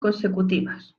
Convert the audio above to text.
consecutivas